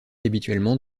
habituellement